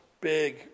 big